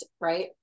right